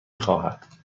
خواهد